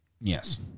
Yes